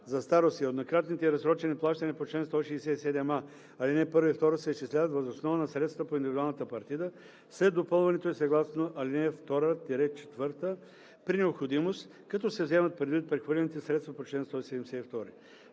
за старост и еднократните и разсрочени изплащания по чл. 167а, ал. 1 и 2 се изчисляват въз основа на средствата по индивидуалната партида след допълването ѝ съгласно ал. 2 – 4 при необходимост, като се вземат предвид прехвърлените средства по чл. 172.“